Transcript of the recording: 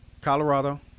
Colorado